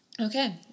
Okay